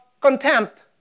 contempt